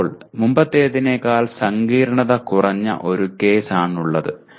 ഇപ്പോൾ മുമ്പത്തേതിനേക്കാൾ സങ്കീർണ്ണത കുറഞ്ഞ ഒരു കേസ് ആണ് ഉള്ളത്